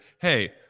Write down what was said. hey